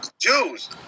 Jews